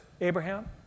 Abraham